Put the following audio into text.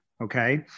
okay